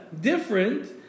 different